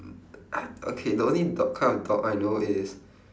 I okay the only dog kind of dog I know is